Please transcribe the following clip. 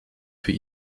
für